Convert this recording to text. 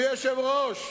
אדוני היושב-ראש,